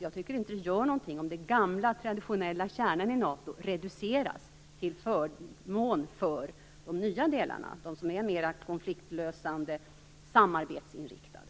Jag tycker inte att det gör någonting om den gamla traditionella kärnan i NATO reduceras till förmån för de nya delarna, de som är mer konfliktlösande och samarbetsinriktade.